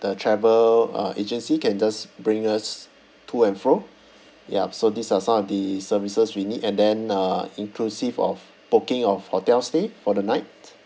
the travel uh agency can just bring us to and fro yup so these are some of the services we need and then uh inclusive of booking of hotel stay for the night